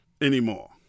anymore